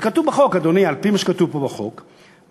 לפי מה שכתוב פה בחוק,